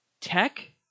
Tech